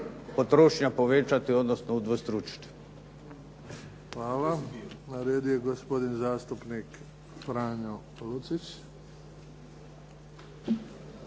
potrošnja povećati, odnosno udvostručiti. **Bebić, Luka (HDZ)** Hvala. Na redu je gospodin zastupnik Franjo Lucić.